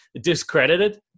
discredited